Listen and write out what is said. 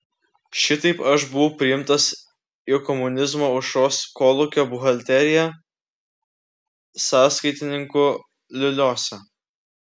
šitaip aš buvau priimtas į komunizmo aušros kolūkio buhalteriją sąskaitininku lioliuose